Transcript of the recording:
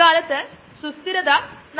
ഇത് ബയോപ്രോസസിന്റെ ഒരു അവലോകനമാണ്